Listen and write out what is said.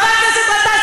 חבר הכנסת גטאס,